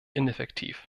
ineffektiv